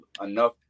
enough